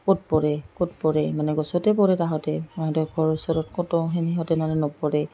ক'ত পৰে ক'ত পৰে মানে গছতে পৰে সিহঁতে মই সেইদৰে ঘৰৰ ওচৰত ক'তো সিহঁতে মানে নপৰে